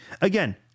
Again